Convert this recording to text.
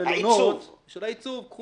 קחו